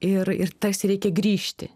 ir ir tas reikia grįžti